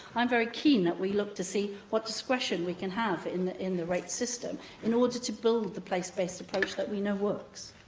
i'm very keen that we look to see what discretion we can have in the in the rates system in order to build the place-based approach that we know works.